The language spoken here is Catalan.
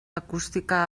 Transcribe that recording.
acústica